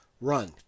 run